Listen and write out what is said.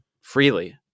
freely